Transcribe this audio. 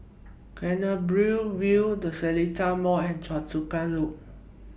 Canberra View The Seletar Mall and Choa Chu Kang Loop